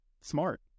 smart